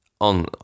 on